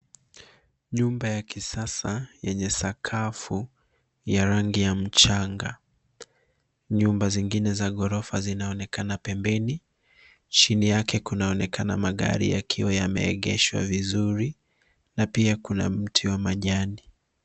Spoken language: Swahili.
Nyumba ya kisasa yenye sakafu ya rangi ya mchanga. Nyumba zingine za ghorofa zinaonekana pembeni. Chini yake kunaonekana magari yakiwa yameegeshwa vizuri na pia kuna mti wa majani.